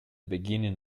beginning